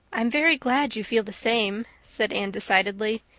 i'm very glad you feel the same, said anne decidedly.